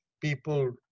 people